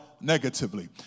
negatively